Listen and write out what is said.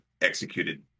executed